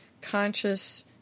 conscious